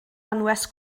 anwes